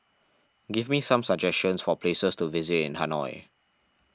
give me some suggestions for places to visit in Hanoi